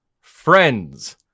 friends